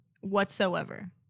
whatsoever